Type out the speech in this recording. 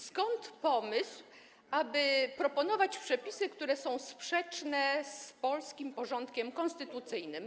Skąd pomysł, aby proponować przepisy, które są sprzeczne z polskim porządkiem konstytucyjnym?